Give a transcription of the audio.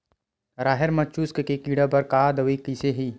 राहेर म चुस्क के कीड़ा बर का दवाई कइसे ही?